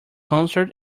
concert